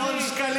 תקשיב לי,